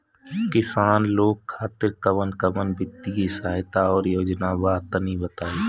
किसान लोग खातिर कवन कवन वित्तीय सहायता और योजना बा तनि बताई?